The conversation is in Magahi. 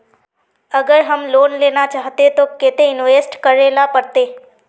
अगर हम लोन लेना चाहते तो केते इंवेस्ट करेला पड़ते?